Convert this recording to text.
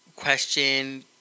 question